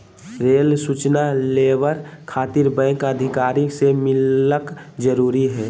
Rail सूचना लेबर खातिर बैंक अधिकारी से मिलक जरूरी है?